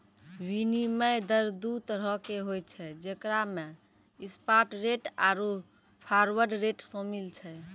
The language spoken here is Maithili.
विनिमय दर दु तरहो के होय छै जेकरा मे स्पाट रेट आरु फारवर्ड रेट शामिल छै